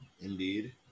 indeed